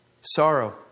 sorrow